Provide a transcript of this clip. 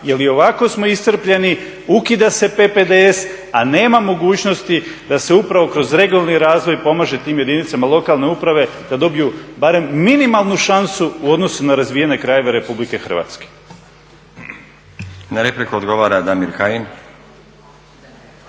jer i ovako smo iscrpljeni. Ukida se PPDS, a nema mogućnosti da se upravo kroz regionalni razvoj pomaže tim jedinicama lokalne uprave da dobiju barem minimalnu šansu u odnosu na razvijene krajeve RH. **Stazić, Nenad (SDP)** Na repliku odgovara Damir Kajin.